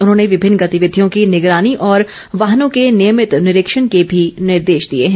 उन्होंने विभिन्न गतिविधियों की निगरानी और वाहनों के नियमित निरीक्षण के भी निर्देश दिए हैं